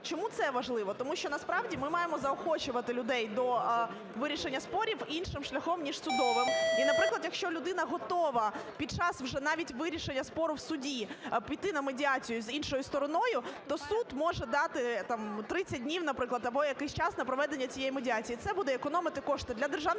Чому це важливо? Тому що насправді ми маємо заохочувати людей до вирішення спорів іншим шляхом, ніж судовим. І, наприклад, якщо людина готова під час вже навіть вирішення спору в суді піти на медіацію з іншою стороною, то суд може дати там 30 днів, наприклад, або якийсь час на проведення цієї медіації. Це буде економити кошти для державного